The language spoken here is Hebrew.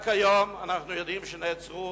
רק היום אנחנו יודעים שנעצרו,